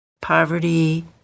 poverty